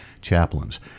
Chaplains